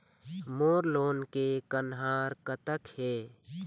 मोर loan के कन्हार कतक हे?